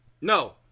No